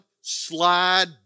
slide